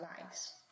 lives